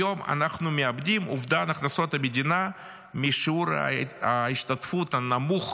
היום אובדן הכנסות המדינה משיעור ההשתתפות הנמוך